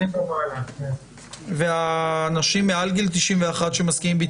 ואנשים מעל 90 שמסכימים,